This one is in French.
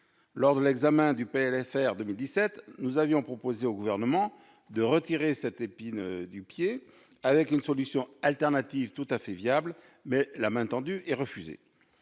rectificative pour 2017, nous avions proposé au Gouvernement de retirer cette épine du pied avec une solution alternative tout à fait viable, mais la main tendue a été refusée.